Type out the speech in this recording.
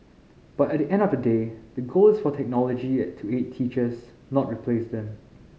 but at the end of the day the goal is for technology to aid teachers not replace them